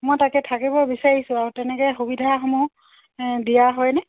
মই তাকে থাকিব বিচাৰিছোঁ আৰু তেনেকে সুবিধাসমূহ দিয়া হয়নে